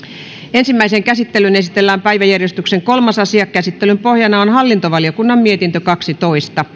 ensimmäiseen käsittelyyn esitellään päiväjärjestyksen kolmas asia käsittelyn pohjana on hallintovaliokunnan mietintö kaksitoista